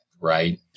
right